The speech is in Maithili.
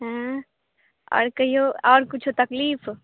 एँ आओर कहियौ आओर कुछो तकलीफ